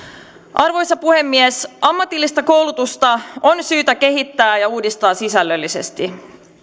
arvoisa puhemies ammatillista koulutusta on syytä kehittää ja uudistaa sisällöllisesti